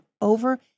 over